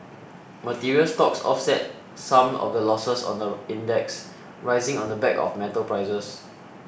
materials stocks offset some of the losses on the index rising on the back of metals prices